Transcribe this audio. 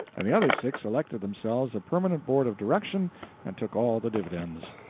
and the other six elected themselves a permanent board of direction and took all the dividends.